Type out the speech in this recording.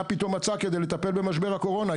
פתאום מצאה על מנת לטפל במשבר הקורונה.